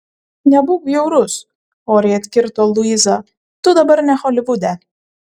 nebūk bjaurus oriai atkirto luiza tu dabar ne holivude